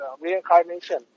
reincarnation